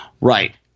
Right